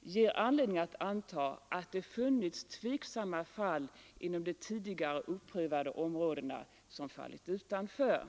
ger anledning anta att det funnits tveksamma fall inom de tidigare oprövade områdena som fallit utanför.